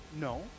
No